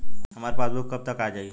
हमार पासबूक कब तक आ जाई?